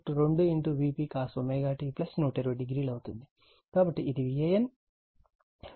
కాబట్టి ఇది VAN VBN మరియు VCN గా సూచించాను